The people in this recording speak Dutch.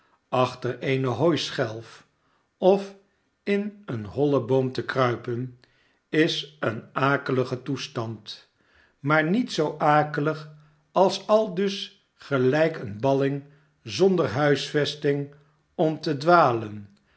achter eene hooischelf of in een hollen boom te kruipen is een akelige toestand maar niet zoo akelig als aldus gelijk een balling zonder huis vesting om te dwalen